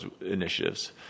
initiatives